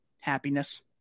happiness